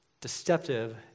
deceptive